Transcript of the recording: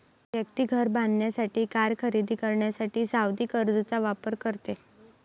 व्यक्ती घर बांधण्यासाठी, कार खरेदी करण्यासाठी सावधि कर्जचा वापर करते